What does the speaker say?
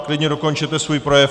Klidně dokončete svůj projev.